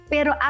Pero